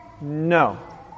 No